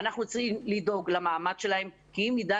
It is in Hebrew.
תודה